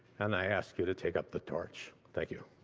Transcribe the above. and i ask you to take up the torch. thank you.